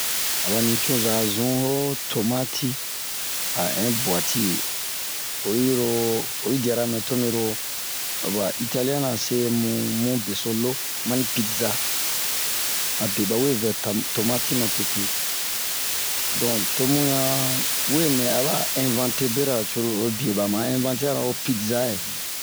aba nucoza zun ho tomati a ɛn ho bwati oyiro oyi diyara mɛ to mɛ-ro ho ɓa italiyɛn-na se mu mu beso lo ma ni pidza abe ɓawe vɛ ta- tomati matete donk tomu ɲan we nɛ aba ɛnvante bera curulu oro biye ɓa ma ɛnvantera ho pidza yɛ